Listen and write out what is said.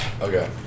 Okay